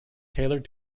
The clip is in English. tailored